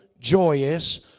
joyous